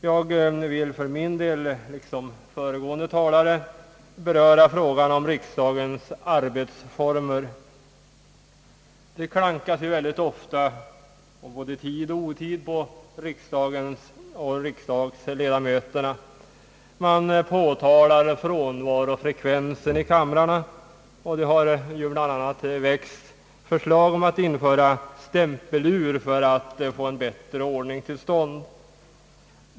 Jag vill därför för min del, liksom delvis föregående talare, beröra frågan om riksdagens arbetsformer. Det klankas väldigt ofta både i tid och otid på riksdagen och på riksdagsledamöterna. Man påtalar frånvarofrekvensen i kamrarna, och det har bl.a. väckts förslag om att införa stämpelur för att få en bättre ordning till stånd.